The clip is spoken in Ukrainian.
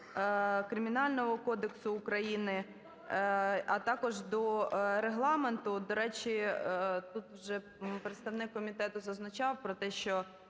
Кримінального кодексу України, а також до Регламенту. До речі, тут вже представник комітету зазначав про те, що